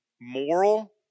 moral